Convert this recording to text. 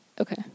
Okay